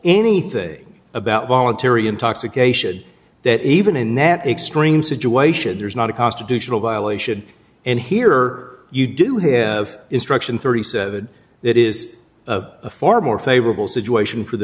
anything about voluntary intoxication that even in that extreme situation there is not a constitutional violation and here you do have instruction thirty seven that is far more favorable situation for the